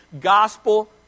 Gospel